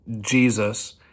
Jesus